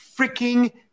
freaking